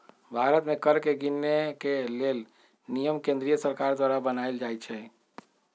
भारत में कर के गिनेके लेल नियम केंद्रीय सरकार द्वारा बनाएल जाइ छइ